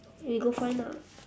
you go find ah